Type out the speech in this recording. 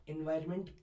Environment